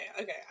okay